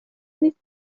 نیست